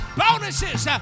bonuses